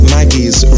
Maggie's